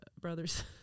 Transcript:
Brothers